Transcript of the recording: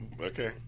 Okay